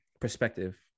perspective